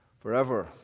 forever